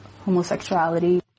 homosexuality